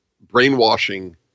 brainwashing